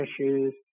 issues